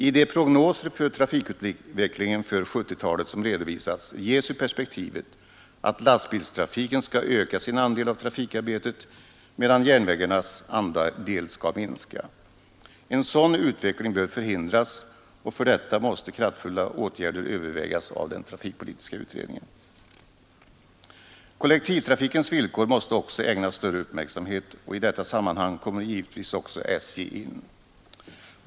I de prognoser som redovisats för trafikutvecklingen för 1970-talet anges det perspektivet att lastbilstrafiken skall öka sin andel av trafikarbetet, medan järnvägarnas andel skall minska. En sådan utveckling bör förhindras, och för detta måste kraftfulla åtgärder övervägas av trafikpolitiska utredningen. Kollektivtrafikens villkor måste också ägnas större uppmärksamhet, och i detta sammanhang kommer givetvis också SJ in.